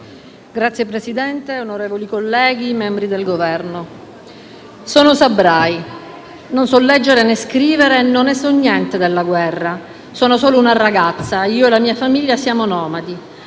Signor Presidente, onorevoli colleghi, membri del Governo, leggo: «Sono Sabrai, non so leggere né scrivere. Non ne so niente della guerra. Sono solo una ragazza. Io e la mia famiglia siamo nomadi.